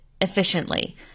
efficiently